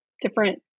different